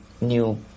new